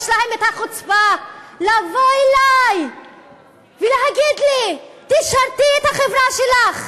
יש להם החוצפה לבוא אלי ולהגיד לי: תשרתי את החברה שלך.